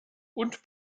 und